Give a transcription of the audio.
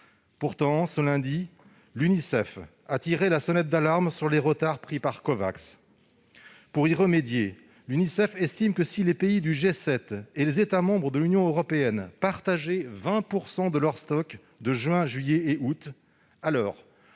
Pourtant, ce lundi, l'Unicef a tiré la sonnette d'alarme sur le retard pris par Covax, estimant que, si les pays du G7 et les États membres de l'Union européenne partageaient 20 % de leurs stocks de juin, juillet et août, alors,